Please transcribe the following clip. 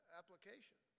application